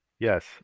Yes